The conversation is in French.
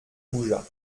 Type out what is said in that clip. bougea